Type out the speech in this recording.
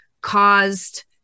caused